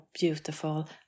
beautiful